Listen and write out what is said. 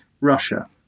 Russia